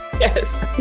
Yes